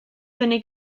fyny